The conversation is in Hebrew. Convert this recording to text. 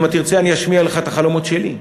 אם תרצה, אני אשמיע לך את החלומות שלי.